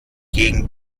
gegen